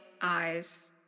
eyes